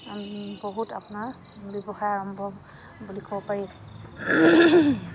বহুত আপোনাৰ ব্যৱসায় আৰম্ভ বুলি ক'ব পাৰি